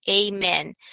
Amen